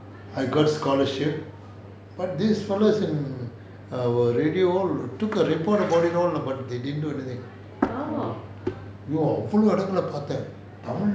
I got scholarship but these fellows in our radio took a report about it all but they didn't do anything அவ்ளோ இடங்களை பார்த்தேன்:avlo idangala paarthaen